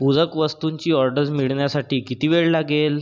पूरक वस्तूंची ऑर्डर मिळण्यासाठी किती वेळ लागेल